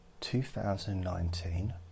2019